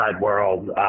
world